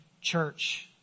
church